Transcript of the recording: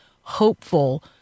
hopeful